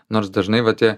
nors dažnai va tie